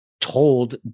told